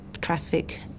traffic